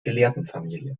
gelehrtenfamilie